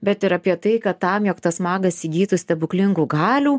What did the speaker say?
bet ir apie tai kad tam jog tas magas įgytų stebuklingų galių